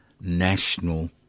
national